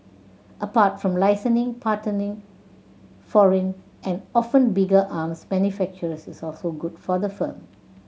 apart from licensing partnering foreign and often bigger arms manufacturers is also good for the firm